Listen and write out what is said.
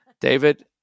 David